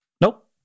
Nope